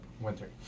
Winter